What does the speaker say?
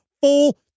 full